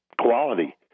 quality